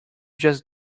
just